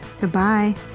goodbye